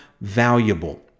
valuable